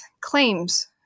claims